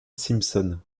simpson